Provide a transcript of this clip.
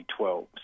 2012